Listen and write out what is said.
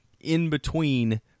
in-between